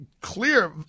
clear